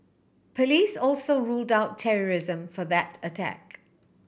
police also ruled out terrorism for that attack